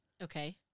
Okay